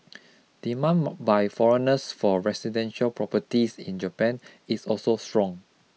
demand ma by foreigners for residential properties in Japan is also strong